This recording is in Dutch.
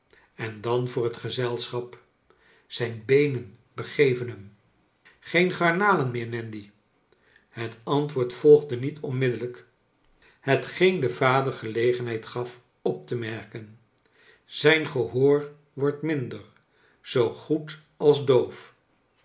en dan voor het gezelschap zijn beenen begeven hem green garnalen meer nandy het antwoord volgde niet onmiddellijk hetgeen de vader gelegenheid gaf op te merken zijn gehoor wordt minder zoo goed als doof